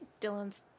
Dylan's